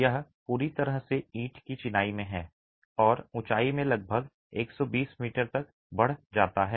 यह पूरी तरह से ईंट की चिनाई में है और ऊंचाई में लगभग 120 मीटर तक बढ़ जाता है